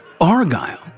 Argyle